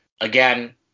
Again